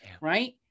right